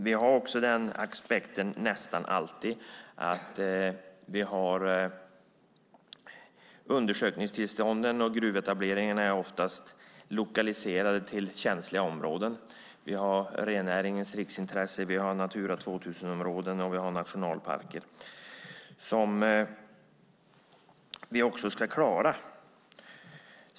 Vi har också aspekten att undersökningstillstånden och gruvetableringarna nästan alltid är lokaliserade till känsliga områden. Vi har rennäringens riksintressen, Natura 2000-områden och nationalparker som vi också ska klara.